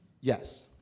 Yes